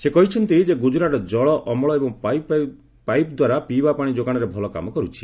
ସେ କହିଛନ୍ତି ଯେ ଗୁଜରାଟ ଜଳ ଅମଳ ଏବଂ ପାଇପ୍ ଦ୍ୱାରା ପିଇବା ପାଣି ଯୋଗାଣରେ ଭଲ କାମ କରୁଛି